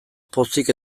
pozik